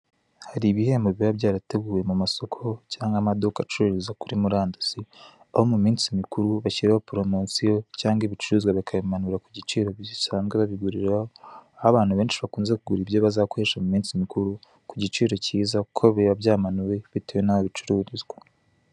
Hari ibihembo biba byarateguwe mu masoko cyangwa amaduka acururiza kuri muri andasi, aho mu minsi mikuru bashyiraho poromosiyo cyangwa ibiciro bakabimanura ku giciro basazwe babiguriraho aho abantu benshi bakunze kugura ibyo bazakoresha mu minsi mikuru ku giciro kiza kuko biba byamanuwe bitewe n'aho bicururizwa.